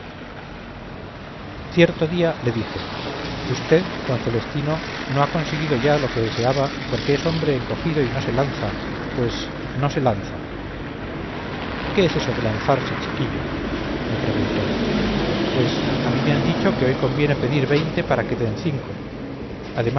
cierto día le dije usted d celestino no ha conseguido ya lo que deseaba porque es hombre encogido y no se lanza pues no se lanza qué es eso de lanzarse chiquillo me preguntó pues a mí me han dicho que hoy conviene pedir veinte para que den cinco